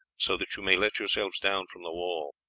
so that you may let yourselves down from the wall.